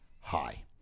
high